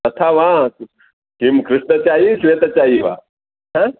तथा वा किं कृष्णचायं श्वेतचायं वा हा